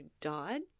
died